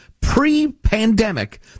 pre-pandemic